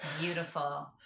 Beautiful